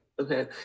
Okay